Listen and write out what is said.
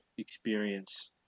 experience